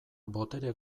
botere